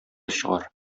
чыгар